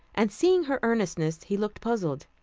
and seeing her earnestness he looked puzzled.